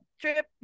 trip